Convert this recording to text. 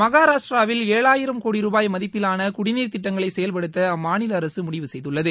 மகாராஷ்டிராவில் ஏழாயிரம் கோடி ரூபாய் மதிப்பிலாள குடிநீர்த் திட்டங்களை செயல்படுத்த அம்மாநில அரசு முடிவு செய்துள்ளது